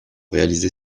réalisé